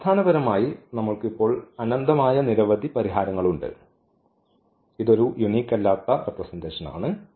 അടിസ്ഥാനപരമായി നമ്മൾക്ക് ഇപ്പോൾ അനന്തമായ നിരവധി പരിഹാരങ്ങളുണ്ട് ഇതൊരു യൂനിക് അല്ലാത്ത റെപ്രെസെന്റഷൻ ആണ്